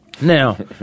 Now